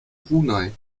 brunei